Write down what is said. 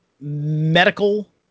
medical